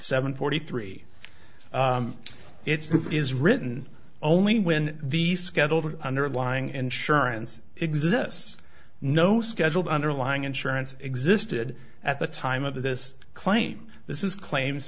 seven forty three it's is written only when the scheduled underlying insurance exists no scheduled underlying insurance existed at the time of this claim this is claims